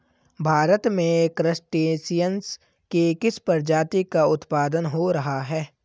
भारत में क्रस्टेशियंस के किस प्रजाति का उत्पादन हो रहा है?